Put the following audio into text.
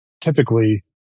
typically